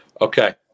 Okay